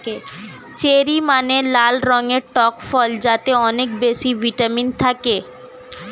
cherry মানে লাল রঙের টক ফল যাতে অনেক বেশি ভিটামিন থাকে